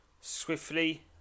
swiftly